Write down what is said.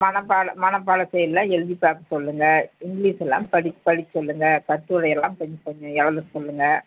மனப்பாடம் மனப்பாடம் செய்யுள்லாம் எழுதி பார்க்க சொல்லுங்கள் இங்கிலிஷுலாம் படிக்க சொல்லுங்கள் கட்டுரை எல்லாம் கொஞ்சம் கொஞ்சம் எழுத சொல்லுங்கள்